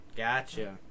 Gotcha